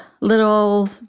little